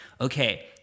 Okay